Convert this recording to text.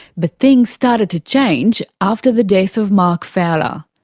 but things started to change after the death of mark fowler.